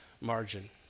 margin